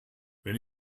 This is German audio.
wenn